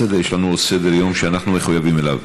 יש לנו עוד סדר-יום שאנחנו מחויבים אליו.